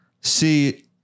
see